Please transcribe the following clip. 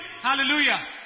Hallelujah